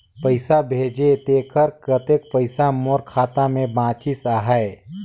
पइसा भेजे तेकर कतेक पइसा मोर खाता मे बाचिस आहाय?